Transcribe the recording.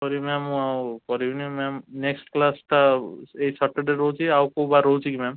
ସରି ma'am ମୁଁ ଆଉ କରିବିନି ମ୍ୟାମ୍ ନେକ୍ସଟ୍ କ୍ଲାସ୍ଟା ଏଇ ସଟର୍ଡ଼େ ରହୁଛି ଆଉ କେଉଁ ବାର ରହୁଛି କି ମ୍ୟାମ୍